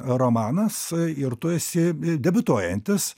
romanas ir tu esi debiutuojantis